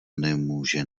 nemůže